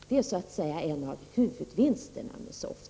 Detta är en av huvudvinsterna med SOFT.